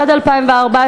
התשע"ד 2014,